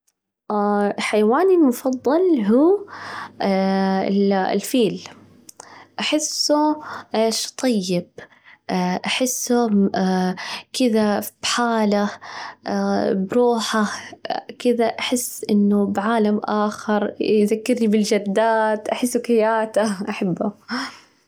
حيواني المفضل هوالفيل، أحسه إيش؟ طيب، أحسه كذا بحاله، بروحه كده، أحس إنه بعالم آخر، يذكرني بالجدات، أحسه كياته، أحبه.